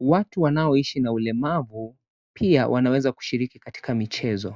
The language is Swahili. Watu wanaoishi na ulemavu pia wanaweza kushiliki katika michezo.